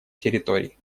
территорий